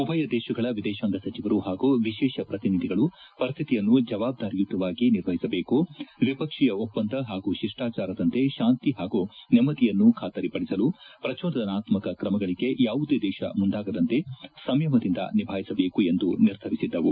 ಉಭಯ ದೇಶಗಳ ವಿದೇಶಾಂಗ ಸಚಿವರು ಹಾಗೂ ವಿಶೇಷ ಪ್ರತಿನಿಧಿಗಳು ಪರಿಸ್ತಿತಿಯನ್ನು ಜವಾಬ್ದಾರಿಯುತವಾಗಿ ನಿರ್ವಹಿಸಬೇಕು ದ್ವಿಪಕ್ಷೀಯ ಒಪ್ಪಂದ ಹಾಗೂ ಶಿಷ್ಲಾಚಾರದಂತೆ ಶಾಂತಿ ಹಾಗೂ ನೆಮ್ನದಿಯನ್ನು ಬಾತರಿಪಡಿಸಲು ಪ್ರಚೋದನಾತ್ಕಕ ಕ್ರಮಗಳಿಗೆ ಯಾವುದೇ ದೇಶ ಮುಂದಾಗದಂತೆ ಸಂಯಮದಿಂದ ನಿಭಾಯಿಸಬೇಕೆಂದು ನಿರ್ಧರಿಸಿದ್ದವು